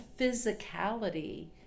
physicality